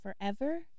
forever